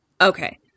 Okay